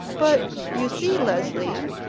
but you see, leslie